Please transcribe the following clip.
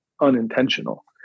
unintentional